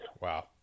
Wow